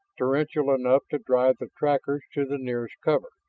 torrential enough to drive the trackers to the nearest cover.